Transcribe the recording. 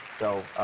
so,